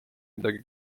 midagi